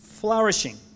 Flourishing